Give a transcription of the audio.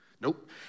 Nope